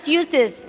uses